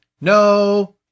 No